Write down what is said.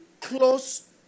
close